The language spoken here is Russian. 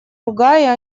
ругая